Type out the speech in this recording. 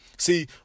See